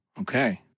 Okay